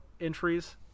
entries